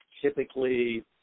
Typically